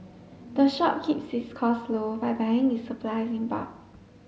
the shop keeps its cost low by buying its supplies in bulk